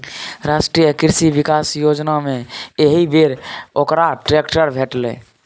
राष्ट्रीय कृषि विकास योजनामे एहिबेर ओकरा ट्रैक्टर भेटलै